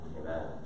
Amen